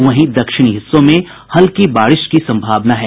वहीं दक्षिणी हिस्सों में हल्की बारिश की संभावना है